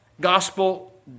gospel